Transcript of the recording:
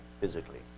physically